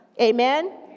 Amen